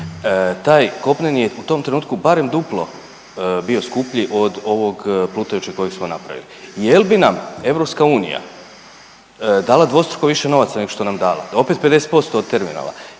taj kopneni je u tom trenutku barem duplo bio skuplji od ovog plutajućeg kojeg smo napravili. Jel bi nam EU dala dvostruko više novaca neg što nam je dala, da opet 50% od terminala,